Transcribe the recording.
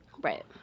Right